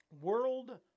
World